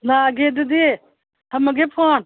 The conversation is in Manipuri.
ꯂꯥꯛꯑꯒꯦ ꯑꯗꯨꯗꯤ ꯊꯝꯃꯒꯦ ꯐꯣꯟ